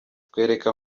twereke